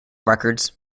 records